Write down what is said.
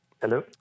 Hello